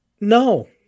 No